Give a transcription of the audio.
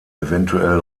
eventuell